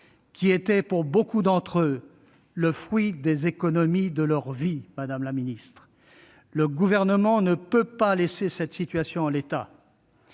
qui était, pour nombre d'entre eux, le fruit des économies de leur vie, madame la secrétaire d'État. Le Gouvernement ne peut pas laisser cette situation en l'état